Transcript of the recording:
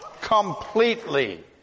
completely